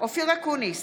אופיר אקוניס,